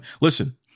Listen